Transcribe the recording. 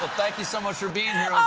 thank you so much for being here.